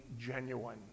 genuine